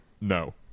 no